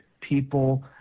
people